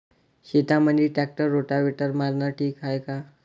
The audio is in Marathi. शेतामंदी ट्रॅक्टर रोटावेटर मारनं ठीक हाये का?